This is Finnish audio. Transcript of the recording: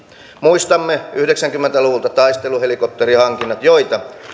muistamme yhdeksänkymmentä luvulta taisteluhelikopterihankinnat joita